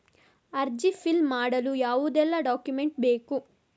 ಅರ್ಜಿ ಫಿಲ್ ಮಾಡಲು ಯಾವುದೆಲ್ಲ ಡಾಕ್ಯುಮೆಂಟ್ ಬೇಕು?